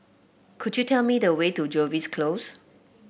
could you tell me the way to Jervois Close